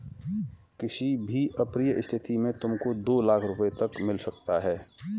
किसी भी अप्रिय स्थिति में तुमको दो लाख़ रूपया तक मिल सकता है